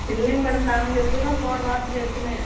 இல்லைங்க மேடம் நாங்கள் இப்போதான் போன வாரத்தில் எடுத்தேன்னே